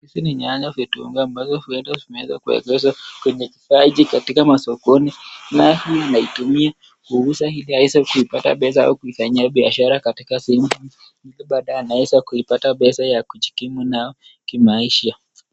Hizi ni nyanya vitunguu ambazo zimeweza kwenye katika masokoni naye anaitumia ruhusa hii ili aweze kuipata pesa ya kufanyia biashara, katika simu ili apate pesa ya kujikimu nayo kimaisha.